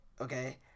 okay